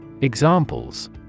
Examples